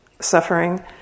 suffering